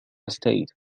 state